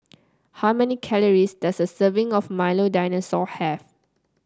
how many calories does a serving of Milo Dinosaur have